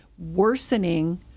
worsening